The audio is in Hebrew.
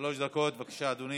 שלוש דקות, בבקשה, אדוני.